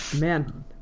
Man